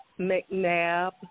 McNabb